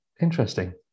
interesting